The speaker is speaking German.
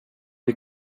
die